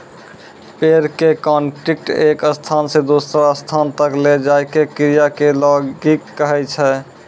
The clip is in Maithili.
पेड़ कॅ काटिकॅ एक स्थान स दूसरो स्थान तक लै जाय के क्रिया कॅ लॉगिंग कहै छै